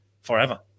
forever